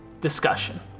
discussion